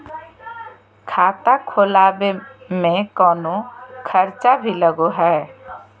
खाता खोलावे में कौनो खर्चा भी लगो है?